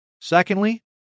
Secondly